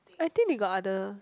I think we got other